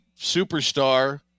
superstar